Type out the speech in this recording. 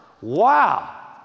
Wow